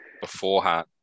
beforehand